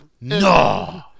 No